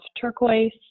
turquoise